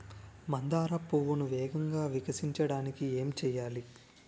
మందార పువ్వును వేగంగా వికసించడానికి ఏం చేయాలి?